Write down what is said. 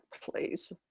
please